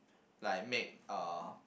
like make uh